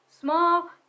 small